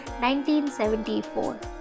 1974